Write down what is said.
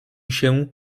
się